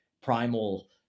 primal